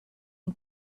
and